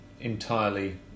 entirely